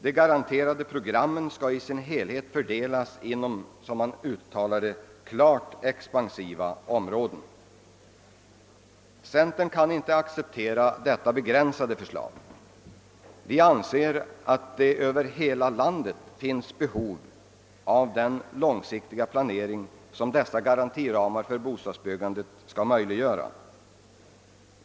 De garanterade programmen skall i sin helhet fördelas inom — som man uttrycker det — klart expansiva områden. Centern kan inte acceptera detta begränsade: förslag. Vi anser att det över hela landet finns behov av den långsiktiga planering, som. dessa garantiramar för bostadsbyggandet skall möjliggöra.